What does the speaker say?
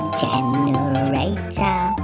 generator